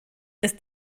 ist